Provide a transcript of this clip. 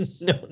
no